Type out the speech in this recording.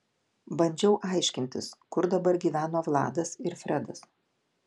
bandžiau aiškintis kur dabar gyveno vladas ir fredas